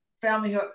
family